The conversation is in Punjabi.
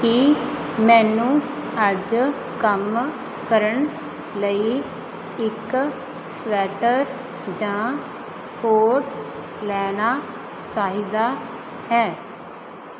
ਕੀ ਮੈਨੂੰ ਅੱਜ ਕੰਮ ਕਰਨ ਲਈ ਇੱਕ ਸਵੈਟਰ ਜਾਂ ਕੋਟ ਲੈਣਾ ਚਾਹੀਦਾ ਹੈ